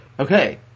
Okay